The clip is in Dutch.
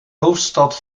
hoofdstad